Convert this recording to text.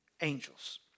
angels